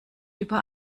über